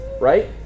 right